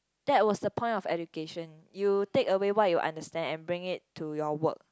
that was the point of education you take away what you understand and bring it to your work